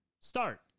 Start